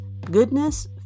goodness